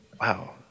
wow